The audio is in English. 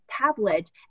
tablet